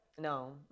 No